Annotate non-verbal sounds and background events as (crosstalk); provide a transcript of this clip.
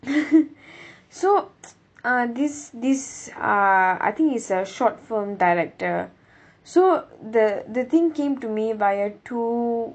(laughs) so uh this this uh I think he's a short film director so the the thing came to me via two